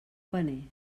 paner